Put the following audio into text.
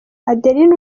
adeline